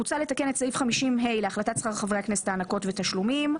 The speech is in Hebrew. מוצע לתקן את סעיף 50(ה) להחלטת שכר חברי הכנסת (הענקות ותשלומים).